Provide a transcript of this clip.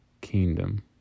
kingdom